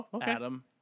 Adam